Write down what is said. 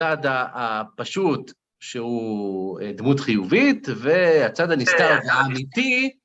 צד הפשוט, שהוא דמות חיובית, והצד הנסתר והאמיתי...